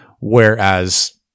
whereas